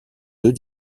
deux